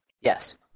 yes